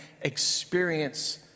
experience